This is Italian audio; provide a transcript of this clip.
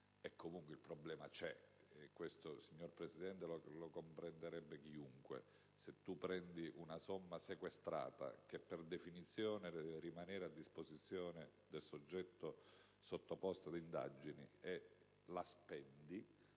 Ripeto, il problema c'è, e questo, signor Presidente, lo comprenderebbe chiunque: se una somma sequestrata, che per definizione deve rimanere a disposizione del soggetto sottoposto ad indagine, viene